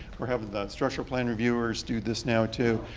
we're having the structural plan reviewers do this now too.